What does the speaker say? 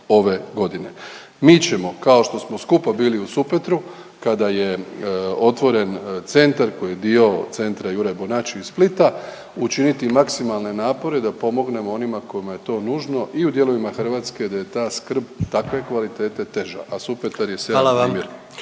ove godine. Mi ćemo kao što smo skupa bili u Supetru kada je otvoren centar koji je dio Centra Juraj Bonači iz Splita učiniti maksimalne napore da pomognemo onima kojima je to nužno i u dijelovima Hrvatske gdje je ta skrb takve kvalitete teža, a Supetar je sjajan primjer.